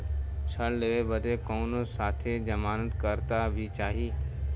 ऋण लेवे बदे कउनो साथे जमानत करता भी चहिए?